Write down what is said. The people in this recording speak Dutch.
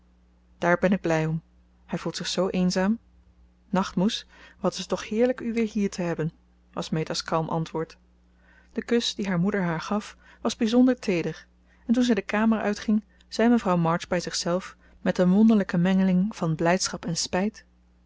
daar ben ik blij om hij voelt zich zoo eenzaam nacht moes wat is het toch heerlijk u weer hier te hebben was meta's kalm antwoord de kus dien haar moeder haar gaf was bijzonder teeder en toen zij de kamer uit ging zei mevrouw march bij zichzelf met een wonderlijke mengeling van blijdschap en spijt